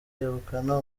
yegukana